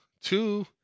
two